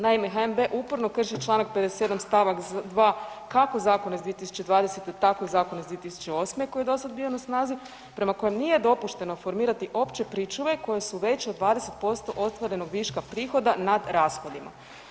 Naime, HNB uporno krši Članak 57. stavak 2. kako zakona iz 2020. tako zakona iz 2008. koji je dosada bio na snazi, prema kojem nije dopušteno formirati opće pričuve koje su veće od 20% ostvarenog viška prihoda nad rashodima.